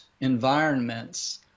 environments